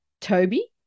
Toby